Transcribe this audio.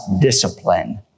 discipline